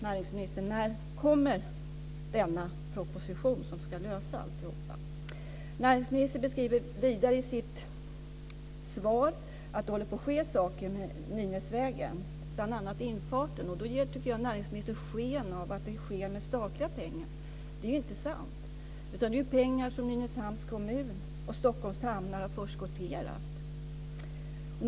Näringsministern, när kommer denna proposition som ska lösa alla problem? Näringsministern skriver vidare i sitt svar att det håller på att ske saker med Nynäsvägen, bl.a. med infarten. Då ger näringsministern sken av att det sker med statliga pengar. Men det är inte sant, utan det handlar om pengar som Nynäshamns kommun och Stockholms hamn har förskotterat.